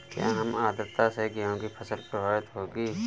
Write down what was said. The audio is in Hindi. क्या कम आर्द्रता से गेहूँ की फसल प्रभावित होगी?